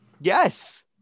yes